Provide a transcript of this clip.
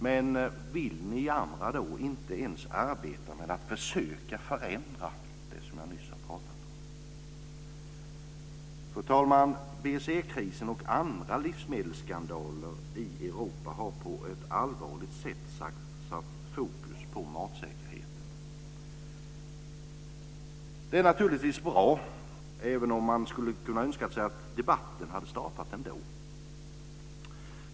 Men vill ni andra då inte ens arbeta med att försöka förändra det som jag nyss har pratat om? Fru talman! BSE-krisen och andra livsmedelsskandaler i Europa har på ett allvarligt sätt satt fokus på matsäkerheten. Det är naturligtvis bra, även om man skulle kunnat önska sig att debatten hade startat ändå.